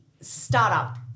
startup